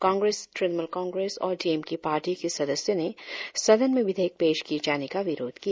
कांग्रेस तृणमूल कांग्रेस और DMK party के सदस्यों ने सदन में विधेयक पेश किये जाने का विरोध किया